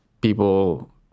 people